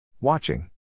Watching